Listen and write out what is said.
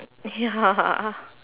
ya